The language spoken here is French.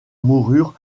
moururent